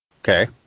Okay